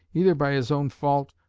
either by his own fault,